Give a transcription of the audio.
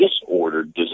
disordered